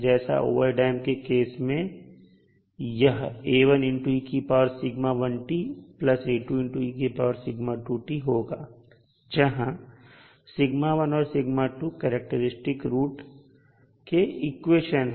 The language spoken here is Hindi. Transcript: जैसे ओवरडैंप के केस में यह होगा जहां औरकरैक्टेरिस्टिक रूट के इक्वेशन हैं